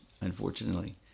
unfortunately